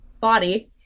body